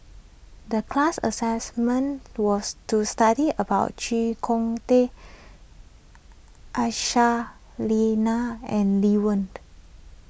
the class assignment was to study about Chee Kong Tet Aisyah Lyana and Lee Wen